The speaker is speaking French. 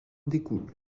découlent